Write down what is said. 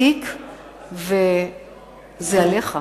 התיק עליך.